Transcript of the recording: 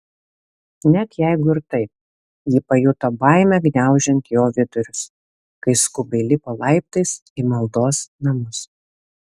net jeigu ir taip ji pajuto baimę gniaužiant jo vidurius kai skubiai lipo laiptais į maldos namus